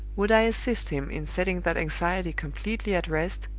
would i assist him in setting that anxiety completely at rest,